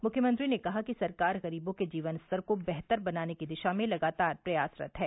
मुख्यमंत्री ने कहा कि सरकार गरीबों के जीवन स्तर को बेहतर बनाने की दिशा में लगातार प्रयासरत है